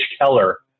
Keller